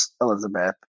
Elizabeth